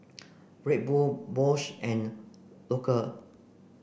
Red Bull Bose and Loacker